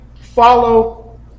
follow